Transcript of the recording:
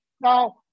Now